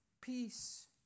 peace